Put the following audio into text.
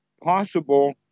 possible